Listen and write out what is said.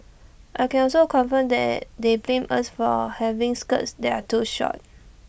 I can also confirm that they blamed us for A having skirts that are too short